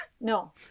No